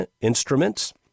Instruments